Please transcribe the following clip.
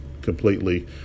completely